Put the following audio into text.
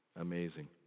Amazing